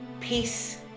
peace